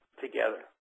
together